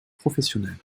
professionnelle